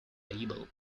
label